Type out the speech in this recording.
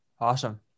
Awesome